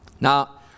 Now